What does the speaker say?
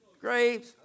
Grapes